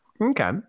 Okay